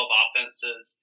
offenses